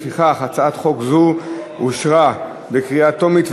לפיכך הצעת חוק זו אושרה בקריאה טרומית,